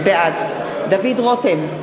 בעד דוד רותם,